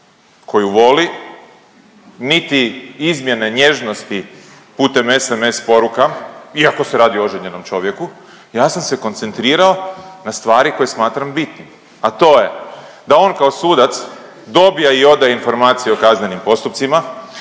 koju voli niti izmjene nježnosti putem SMS poruka, iako se radi o oženjenom čovjeku. Ja sam se koncentrirao na stvari koje smatram bitnim, a to je da on kao sudac dobija i odaje informacije o kaznenim postupcima,